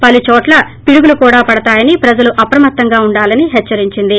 పలు కోట్ల పిడుగులు కూడా పడతాయని ప్రజలు అప్రమత్తంగా ఉండాలని హెచ్చారించింది